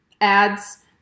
ads